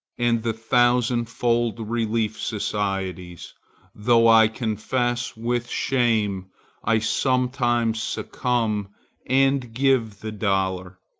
and the thousand-fold relief societies though i confess with shame i sometimes succumb and give the dollar,